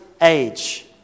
age